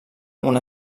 una